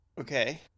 Okay